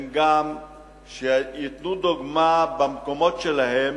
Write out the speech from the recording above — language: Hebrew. שגם הם ייתנו דוגמה במקומות שלהם,